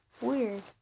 Weird